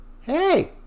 hey